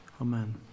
Amen